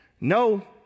No